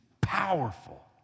powerful